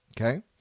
Okay